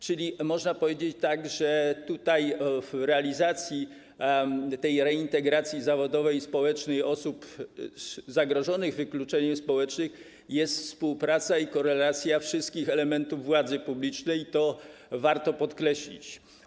Czyli można powiedzieć, że w realizacji reintegracji zawodowej i społecznej osób zagrożonych wykluczeniem społecznym jest współpraca i korelacja wszystkich elementów władzy publicznej, i to warto podkreślić.